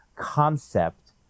concept